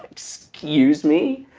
excuse me.